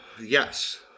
Yes